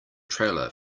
trailer